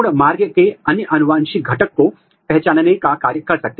दूसरी ओर यदि आप इस ओएसएमजीएच 3 को देखते हैं